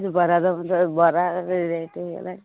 ବରା ବରାର ରେଟ୍ ହେୋଇଗଲାଣି